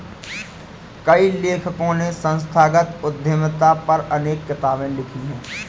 कई लेखकों ने संस्थागत उद्यमिता पर अनेक किताबे लिखी है